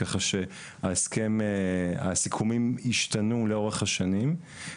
ככה שהסיכומים השתנו לאורך השנים,